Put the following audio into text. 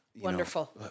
Wonderful